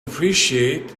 appreciate